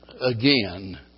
again